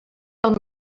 del